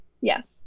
Yes